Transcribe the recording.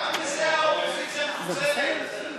הנושא לוועדה שתקבע ועדת הכנסת נתקבלה.